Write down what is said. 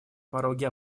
пороге